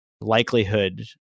likelihood